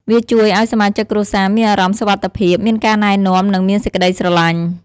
វាជួយឲ្យសមាជិកគ្រួសារមានអារម្មណ៍ សុវត្ថិភាព មានការណែនាំ និងមានសេចក្តីស្រលាញ់។